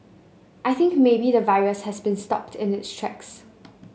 I think maybe the virus has been stopped in its tracks